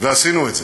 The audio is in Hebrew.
ועשינו את זה.